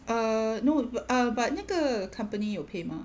ah no ah but 那个 accompany 有 pay mah